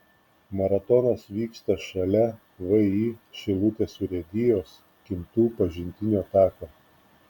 maratonas vyksta šalia vį šilutės urėdijos kintų pažintinio tako